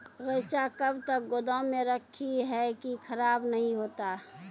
रईचा कब तक गोदाम मे रखी है की खराब नहीं होता?